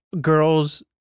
girls